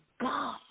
God